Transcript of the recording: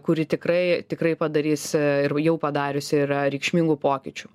kuri tikrai tikrai padarys ir jau padariusi yra reikšmingų pokyčių